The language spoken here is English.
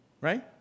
Right